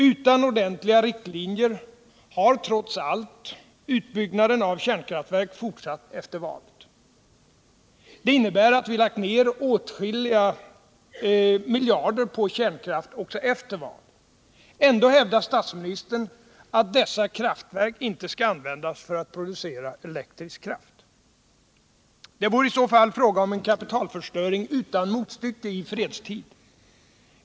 Utan ordentliga riktlinjer har trots allt utbyggnaden av kärnkraftverk fortsatt efter valet. Det innebär att vi lagt ned åtskilliga miljarder på kärnkraft också efter valet. Ändå hävdar statsministern att dessa kraftverk inte skall användas för att producera elektrisk kraft. Det vore i så fall fråga om en kapitalförstöring utan motstycke i fredstid.